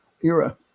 era